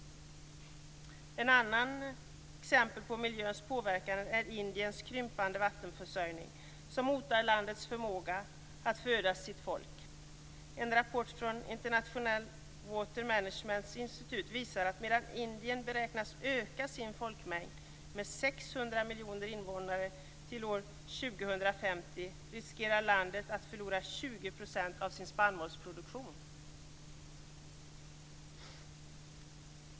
Ett annat exempel på miljöpåverkan är Indiens krympande vattenförsörjning, som hotar landets förmåga att föda sitt folk. En rapport från International Water Management Institute visar att medan Indien beräknas öka sin folkmängd med 600 miljoner invånare till år 2050 riskerar landet att förlora 20 % av sin spannmålsproduktion.